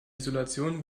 isolation